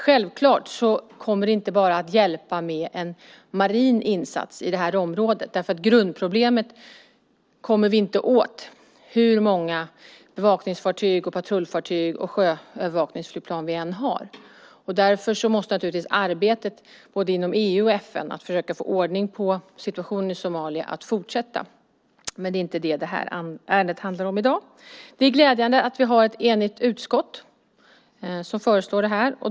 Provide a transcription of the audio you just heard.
Självklart kommer det inte att hjälpa med bara en marin insats i det här området, därför att grundproblemet kommer vi inte åt, hur många bevakningsfartyg, patrullfartyg och sjöövervakningsflygplan vi än har. Därför måste naturligtvis arbetet inom både EU och FN för att försöka få ordning på situationen i Somalia fortsätta, men det är inte det som det här ärendet handlar om i dag. Det är glädjande att vi är ett enigt utskott bakom förslaget.